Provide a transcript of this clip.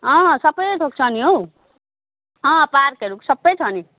अँ सबै थोक छ नि हौ अँ पार्कहरू सबै छ नि